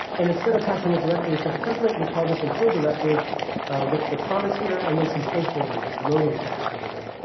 and instead of passing it directly to the template, we call this until directive with the promise here, and then some placeholder, that's loading text over here.